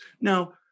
Now